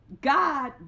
God